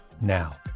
now